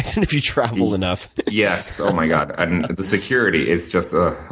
and if you travel enough. yes, oh my god, and the security is just, ah